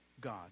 God